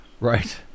Right